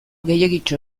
gehiegitxo